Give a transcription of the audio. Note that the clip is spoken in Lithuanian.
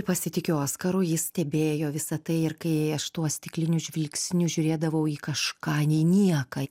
pasitikiu oskaru jis stebėjo visą tai ir kai aš tuo stikliniu žvilgsniu žiūrėdavau į kažką į nieką